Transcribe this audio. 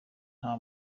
nta